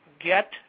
Get